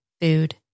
food